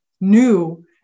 new